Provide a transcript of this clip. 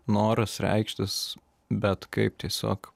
noras reikštis bet kaip tiesiog